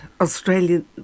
Australian